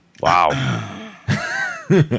Wow